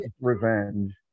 revenge